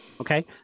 Okay